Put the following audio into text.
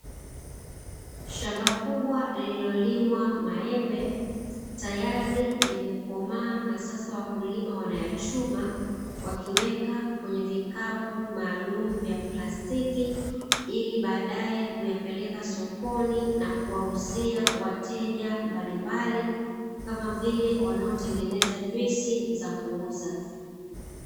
Shamba kubwa lililolimwa maembe tayari yamekomaa na sasa wakulima wanayachuma wakiweka kwenye vikapu maalumu vya plastiki ili baadae kuyapeleka sokoni na kuwauzia wateja mbalimbali kama vile wanaotengeneza juisi za kuuza.